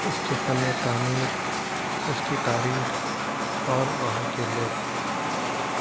اس کے فن تعمیر اس کی تاریخ اور وہاں کے لوگ